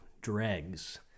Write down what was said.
Dregs